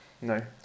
No